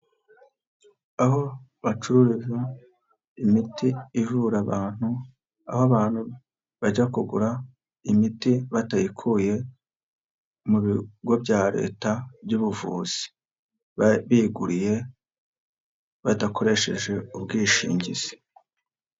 Aho bacururiza imiti ivura abantu, aho abantu bajya kugura imiti batayikuye mu bigo bya leta by'ubuvuzi biguriye badakoresheje ubwishingizi.